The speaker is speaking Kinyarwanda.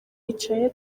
yicaye